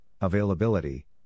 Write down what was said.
availability